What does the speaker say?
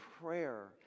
prayer